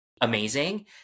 amazing